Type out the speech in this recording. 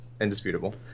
Indisputable